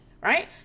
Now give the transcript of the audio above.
right